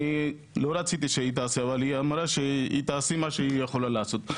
אני לא רציתי שהיא תעשה אבל היא אמרה שהיא תעשה מה שהיא יכולה לעשות,